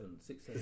six